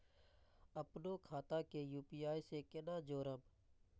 अपनो खाता के यू.पी.आई से केना जोरम?